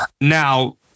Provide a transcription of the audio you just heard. Now